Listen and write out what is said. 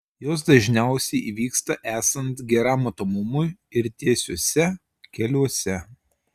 jos dažniausiai įvyksta esant geram matomumui ir tiesiuose keliuose